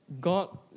God